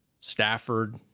Stafford